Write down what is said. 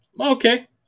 Okay